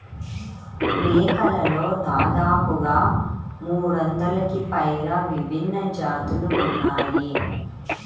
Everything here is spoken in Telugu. మేకలలో దాదాపుగా మూడొందలకి పైగా విభిన్న జాతులు ఉన్నాయి